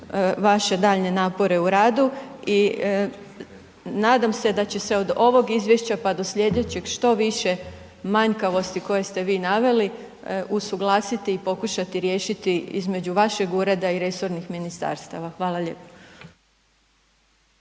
vaše daljnje napore u radu, i nadam se da će se od ovog izvješća pa do sljedećeg što više manjkavosti koje ste vi naveli, usuglasili i pokušati riješiti između vašeg ureda i resornih ministarstava. Hvala lijepo.